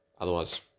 otherwise